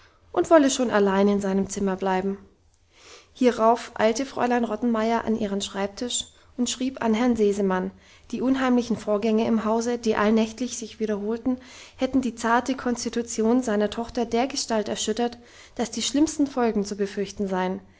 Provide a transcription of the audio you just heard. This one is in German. und wolle schon allein in seinem zimmer bleiben hierauf eilte fräulein rottenmeier an ihren schreibtisch und schrieb an herrn sesemann die unheimlichen vorgänge im hause die allnächtlich sich wiederholten hätten die zarte konstitution seiner tochter dergestalt erschüttert dass die schlimmsten folgen zu befürchten seien